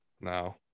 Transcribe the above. now